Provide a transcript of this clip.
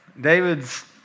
David's